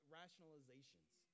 rationalizations